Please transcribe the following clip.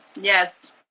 Yes